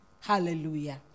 Hallelujah